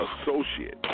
associate